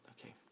Okay